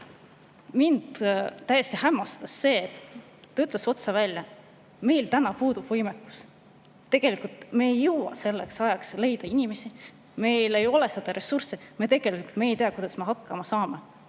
mind täiesti hämmastas see, et ta ütles otse välja: meil täna puudub võimekus, tegelikult me ei jõua selleks ajaks leida inimesi, meil ei ole seda ressurssi, me tegelikult ei tea, kuidas me hakkama saame,